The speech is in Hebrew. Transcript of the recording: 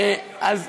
אל תעני.